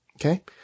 Okay